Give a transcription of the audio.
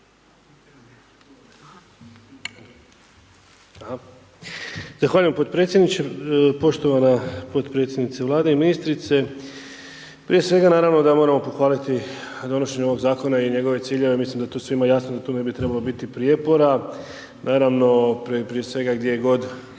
Zahvaljujem potpredsjedniče. Poštovana potpredsjednice Vlade i ministrice. Prije svega naravno da moramo pohvaliti donošenje ovog zakona i njegove ciljeve, mislim da je to svima jasno o tome ne bi trebalo biti prijepora. Naravno prije svega gdje god